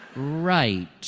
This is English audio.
right.